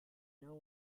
know